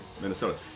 Minnesota